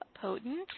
potent